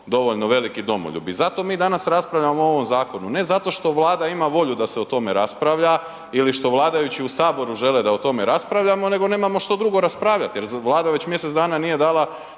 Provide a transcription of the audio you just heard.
dovoljno veliki domoljub. I zato mi danas raspravljamo o ovom zakonu, ne zato što Vlada ima volju da se o tome raspravlja ili što vladajući u saboru žele da o tome raspravljamo, nego nemamo što drugo raspravljati jer Vlada već mjesec dana nije dala